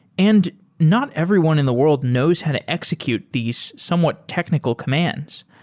and not everyone in the world knows how to execute these somewhat technical commands.